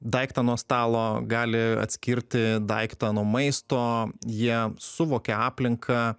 daiktą nuo stalo gali atskirti daiktą nuo maisto jie suvokia aplinką